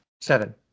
seven